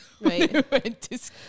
right